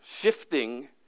shifting